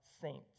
saints